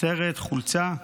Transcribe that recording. סרט, חולצה.